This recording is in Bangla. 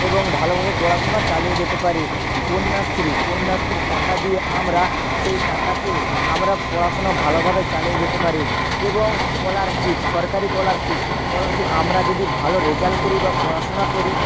এবং ভালোভাবে পড়াশুনা চালিয়ে যেতে পারি কন্যাশ্রী কন্যাশ্রীর টাকা দিয়ে আমরা সেই টাকাতে আমরা পড়াশুনা ভালোভাবে চালিয়ে যেতে পারি এবং স্কলারশিপ সরকারি স্কলারশিপ স্কলারশিপ আমরা যদি ভালো রেজাল্ট করি বা পড়াশুনা করি